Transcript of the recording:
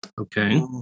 Okay